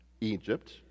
Egypt